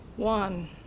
one